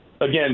Again